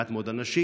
מעט מאוד אנשים.